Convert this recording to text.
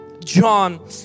John